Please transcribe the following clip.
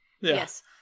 Yes